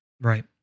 Right